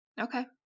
Okay